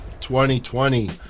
2020